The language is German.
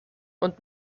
und